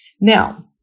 Now